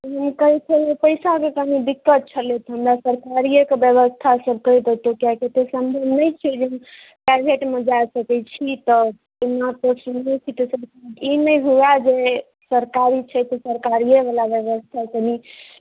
कहै छियै जे पैसाके कनि दिक्कत छलै हमरा सरकारिएके व्यवस्था सभ कहि दैतहुँ कियाकि ओतेक सम्भव नहि छै जे हम प्राइभेटमे जा सकै छी तऽ ई नहि हुए जे सरकारी छै तऽ सरकारिएवला व्यवस्था कनि